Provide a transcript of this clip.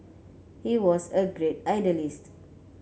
he was a great idealist